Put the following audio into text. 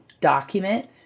document